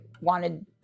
wanted